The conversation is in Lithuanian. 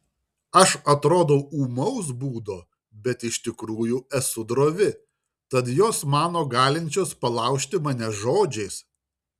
aš atrodau ūmaus būdo bet iš tikrųjų esu drovi tad jos mano galinčios palaužti mane žodžiais